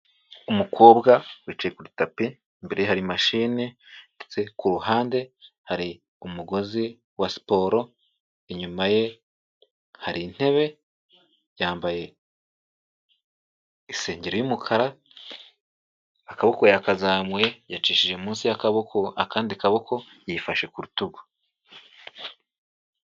Umukobwa wicaye kuri tapi imbere ye hari mashini ndetse ku ruhande hari umugozi wa siporo, inyuma ye hari intebe, yambaye isengeri y'umukara, akaboko yakazamuye yacishije munsi y'akaboko akandi kaboko, yifashe ku rutugu.